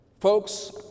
Folks